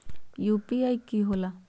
UPI कि होला?